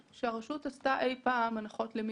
שהרשות עשתה אי פעם הנחות למישהו.